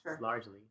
largely